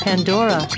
Pandora